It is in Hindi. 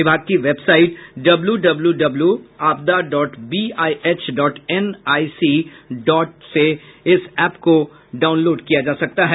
विभाग की वेबसाईट डब्ल्यू डब्ल्यू डब्ल्यू आपदा dot BIH dot NIC dot से इस एप्प को डाउनलोड किया जा सकता है